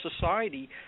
society